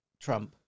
Trump